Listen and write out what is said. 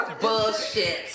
bullshit